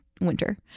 winter